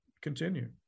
continue